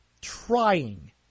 trying